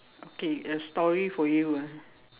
okay a story for you ah